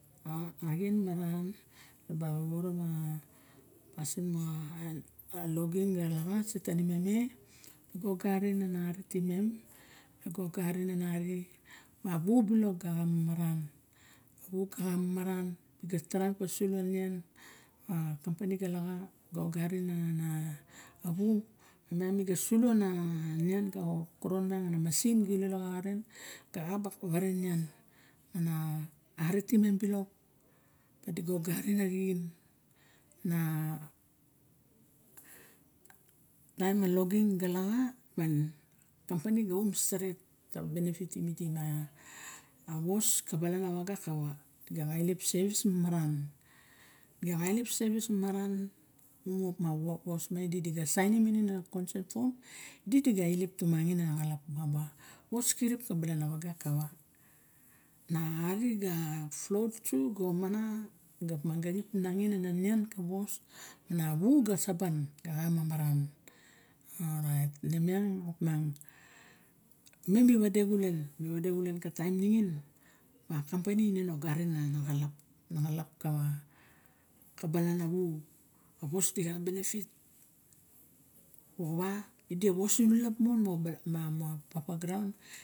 A axien maran ba woworo ma pasin moxa login ga laxa ase tanimem e ne ga agarin ana ari times ana ari ma wa bilok ga xa maran we kamaran mi ga taraiem pawa sulo nian ka koron miang a masin ga ilo xa xarn kawa na ga ka ba ware nian ana ari timem bilok di diga ogarin arixen nataem a loging ga laxa ma kampani ga om steret tawa benepitim idi ma a wos ka balan a wago kawa di ga ka ilep sevis maran diga ka ilep sevis maran in opa a was miang diga sainim minin a xonsen pow di are ga flout su ga omana ga miang ga xip nangin a nian ka wos na we ga saban ga xa mamaran orait nemiang opiang imem ni wade xulen mi wade xulun a kampani na ogarin na xalap na xalap ka balan awu a wos dixa benepit moxowa idi wos sinilap mon papa groun.